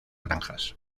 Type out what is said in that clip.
granjas